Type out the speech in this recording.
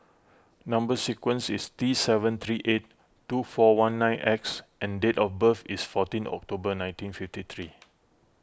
Number Sequence is T seven three eight two four one nine X and date of birth is fourteen October nineteen fifty three